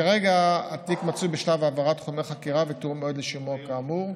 כרגע התיק מצוי בשלב העברת חומר חקירה ותיאום מועד לשימוע כאמור,